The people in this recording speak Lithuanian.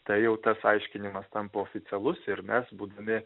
tai jau tas aiškinimas tampa oficialus ir mes būdami